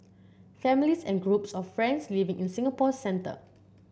families and groups of friends living in Singapore centre